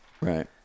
Right